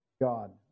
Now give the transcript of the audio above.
God